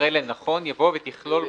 אחרי 'לנכון' יבוא 'ותכלול בו,